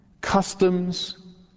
customs